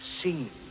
seen